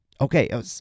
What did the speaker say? Okay